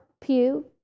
pew